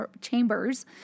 Chambers